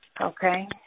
okay